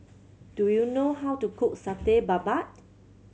do you know how to cook Satay Babat